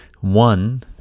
one